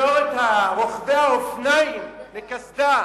לפטור את רוכבי האופניים מקסדה.